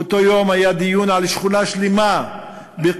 כשבאותו יום היה דיון על שכונה שלמה בקלנסואה,